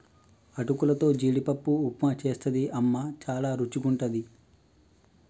అటుకులతో జీడిపప్పు ఉప్మా చేస్తది అమ్మ చాల రుచిగుంటది